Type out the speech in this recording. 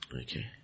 Okay